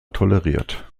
toleriert